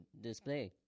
display